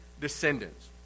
descendants